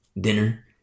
dinner